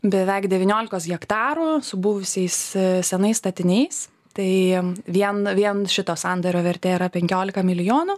beveik devyniolikos hektarų su buvusiais senais statiniais tai vien vien šito sandorio vertė yra penkiolika milijonų